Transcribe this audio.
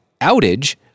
outage